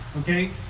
okay